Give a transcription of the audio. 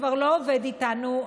שכבר לא עובד איתנו,